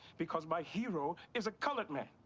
because my hero is a colored man!